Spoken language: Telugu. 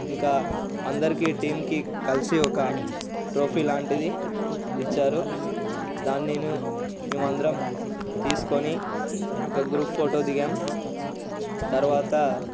ఇంకా అందరికీ టీంకి కలిసి ఒక ట్రోఫీ లాంటిది ఇచ్చారు దాన్ని నేను మేం అందరం తీసుకొని ఒక గ్రూప్ ఫోటో దిగాం తర్వాత